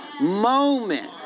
moment